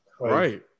Right